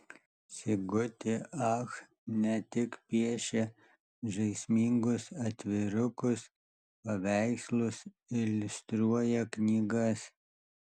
sigutė ach ne tik piešia žaismingus atvirukus paveikslus iliustruoja knygas